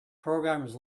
programmers